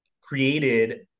created